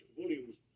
volumes